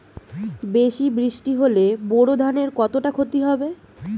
বেশি বৃষ্টি হলে বোরো ধানের কতটা খতি হবে?